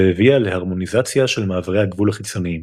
והביאה להרמוניזציה של מעברי הגבול החיצוניים.